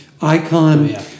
icon